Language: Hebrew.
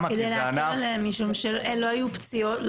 משום שלא היו פציעות.